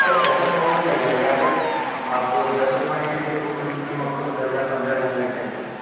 sir पैसा तो बहुत लग जाएगा अगर आप दस अलमारी की लेंगे तो कम से कम आपको दस हज़ार पंद्रह हज़ार लग जाएंगे